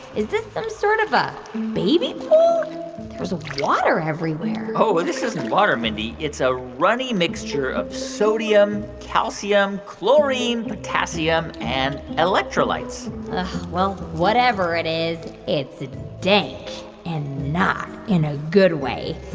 is this some sort of ah baby pool? there's water everywhere oh, this isn't water, mindy. it's a runny mixture of sodium, calcium, chlorine, potassium and electrolytes well, whatever it is, it's dank and not in a good way.